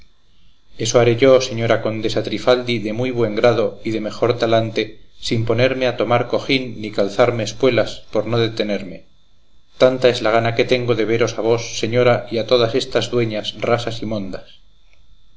eso haré yo señora condesa trifaldi de muy buen grado y de mejor talante sin ponerme a tomar cojín ni calzarme espuelas por no detenerme tanta es la gana que tengo de veros a vos señora y a todas estas dueñas rasas y mondas